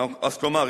כלומר,